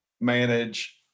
manage